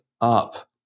up